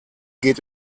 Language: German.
geht